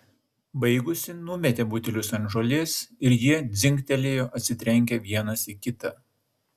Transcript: baigusi numetė butelius ant žolės ir jie dzingtelėjo atsitrenkę vienas į kitą